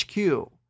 HQ